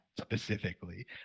specifically